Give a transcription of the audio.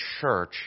church